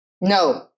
no